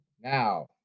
Now